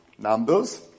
Numbers